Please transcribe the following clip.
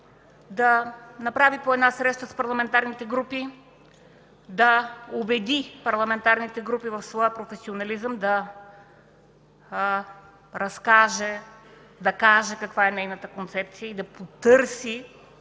да направи по една среща с парламентарните групи, да убеди парламентарните групи в своя професионализъм, да разкаже, да каже каква е нейната концепция и да потърси